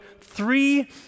three